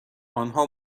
آنها